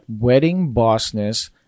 weddingbossness